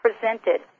presented